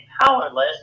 powerless